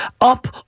up